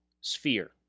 sphere